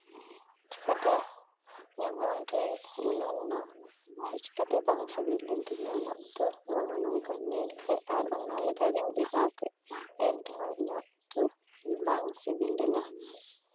ᱪᱤᱠᱟᱛᱮ ᱤᱧᱟᱜ ᱢᱚᱱᱨᱮ ᱜᱩᱱᱟᱹᱱ ᱱᱟ ᱪᱤᱠᱟᱛᱮ ᱵᱟᱝ ᱥᱤᱵᱤᱞ ᱞᱮᱱ ᱛᱤᱧᱟ ᱩᱛᱩ ᱱᱚᱣᱟ ᱢᱟ ᱱᱚᱝᱠᱟᱧ ᱧᱮᱞ ᱠᱮᱜ ᱟᱨ ᱚᱱᱟ ᱞᱮᱠᱟᱜᱤᱧ ᱵᱮᱱᱟᱣ ᱠᱮᱜ ᱮᱱ ᱨᱮᱦᱚᱸ ᱤᱧᱟᱹᱜ ᱫᱚ ᱵᱟᱝ ᱥᱤᱵᱤᱞ ᱞᱮᱱᱟ